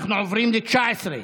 אנחנו עוברים ל-19.